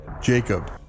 Jacob